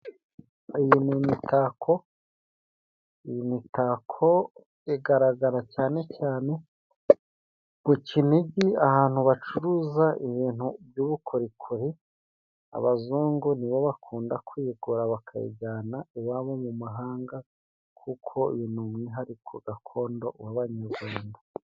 Iyi ni imitako, iyi mitako igaragara cyane cyane ku Cinigi, ahantu bacuruza ibintu byubukorikori, abazungu ni bo bakunda kuyigura bakayijyana iwabo mu mahanga, kuko uyu ni umwihariko gakondo w'abanyarwanda.